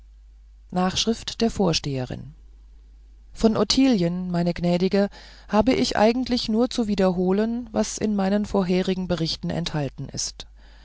nachschrift der vorsteherin von ottilien meine gnädige hätte ich eigentlich nur zu wiederholen was in meinen vorigen berichten enthalten ist